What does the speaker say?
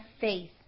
faith